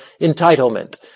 entitlement